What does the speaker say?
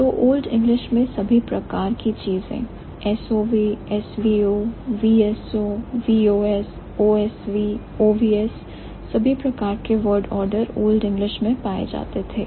तो old English में सभी प्रकार की चीजें SOV SVO VSO OSV OVS सभी प्रकार के word order इंग्लिश में पाए जाते थे